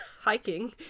Hiking